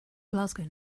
glasgow